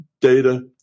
data